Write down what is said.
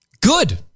Good